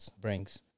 brings